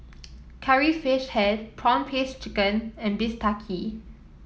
Curry Fish Head prawn paste chicken and bistake